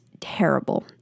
terrible